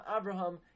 Abraham